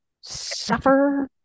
suffer